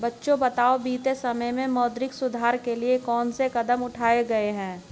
बच्चों बताओ बीते समय में मौद्रिक सुधार के लिए कौन से कदम उठाऐ गए है?